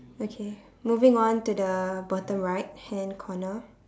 okay moving on to the bottom right hand corner